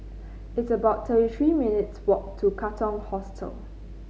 it's about thirty three minutes' walk to Katong Hostel